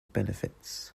benefits